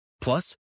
Plus